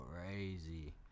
crazy